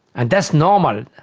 and that's normal,